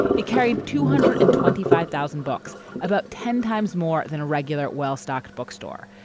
it carried two hundred and twenty five thousand books about ten times more than a regular well-stocked bookstore.